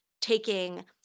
taking